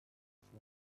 from